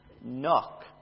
knock